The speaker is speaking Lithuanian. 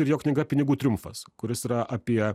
ir jo knyga pinigų triumfas kuris yra apie